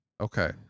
Okay